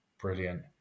Brilliant